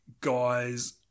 guys